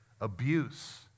abuse